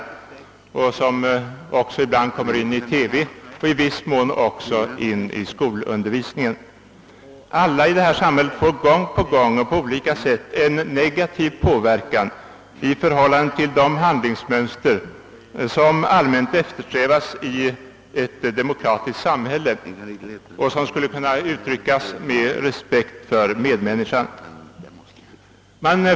Denna påverkan förekommer också ibland i TV och i viss mån även i skolundervisningen. Alla i vårt samhälle påverkas gång på gång och på olika sätt negativt i förhållande till de handlingsmönster som allmänt eftersträvas i ett demokratiskt samhälle och som skulle kunna uttryckas med orden: Respekt för medmänniskan.